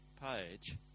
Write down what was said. page